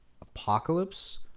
apocalypse